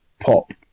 pop